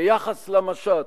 ביחס למשט